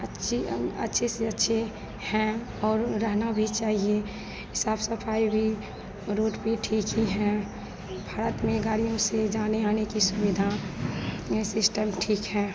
अच्छी अच्छे से अच्छे हैं और रहना भी चाहिए साफ सफाई भी रोड पर ठीक ही हैं भारत में गाड़ियों से जाने आने की सुविधा यह सिस्टम ठीक है